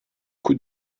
coup